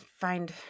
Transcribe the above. find